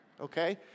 Okay